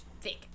thick